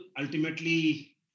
ultimately